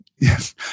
Yes